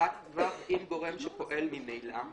קצרת טווח עם גורם שפועל ממנה,